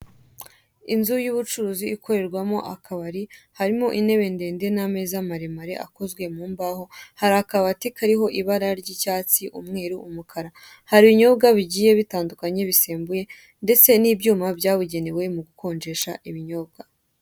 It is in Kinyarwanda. Inzu y'ubucuruzi ikorerwamo akabari, harimo intebe ndende n'ameza maremare akozwe mu mbaho, hari akabati kariho ibara ry'icyatsi, umweru, umukara. Hari ibinyobwa bigiye bitandukanye bisembuye ndetse n'ibyuma byabugenewe mu gukonjesha ibinyobwa.